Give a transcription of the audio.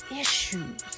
issues